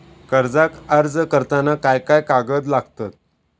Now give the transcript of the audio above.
कर्जाक अर्ज करताना काय काय कागद लागतत?